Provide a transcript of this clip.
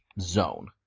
zone